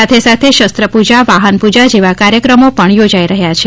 સાથે સાથે શસ્ત્રપુજા વાફનપુજા જેવા કાર્યક્રમો પણ યોજાઈ રહ્યા છે